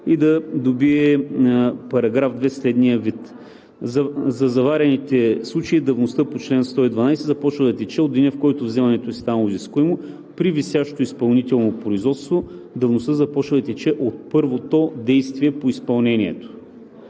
и да добие § 2 следния вид: „За заварените случаи давността по чл. 112 започва да тече от деня, в който вземането е станало изискуемо. При висящо изпълнително производство давността започва да тече от първото действие по изпълнението,